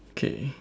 okay